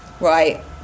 Right